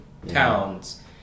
towns